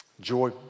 Joy